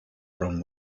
from